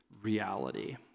Reality